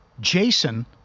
Jason